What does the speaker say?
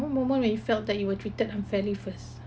one moment where you felt that you were treated unfairly first